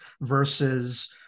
versus